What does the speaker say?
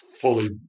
fully